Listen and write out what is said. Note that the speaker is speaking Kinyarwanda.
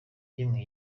yemwe